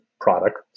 product